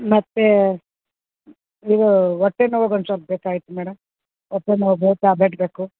ಮತ್ತೇ ಇವು ಹೊಟ್ಟೆ ನೋವಿಗೆ ಒಂದು ಸ್ವಲ್ಪ ಬೇಕಾಗಿತ್ತು ಮೇಡಮ್ ಹೊಟ್ಟೆ ನೋವುದು ಟ್ಯಾಬ್ಲೆಟ್ ಬೇಕು